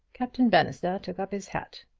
captain bannister took up his hat.